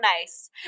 nice